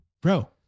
bro